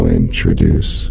introduce